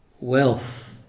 wealth